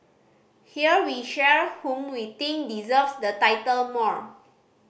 here we share whom we think deserves the title more